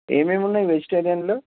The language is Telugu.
ఏమేమి ఉన్నాయి వెజిటేరియన్లో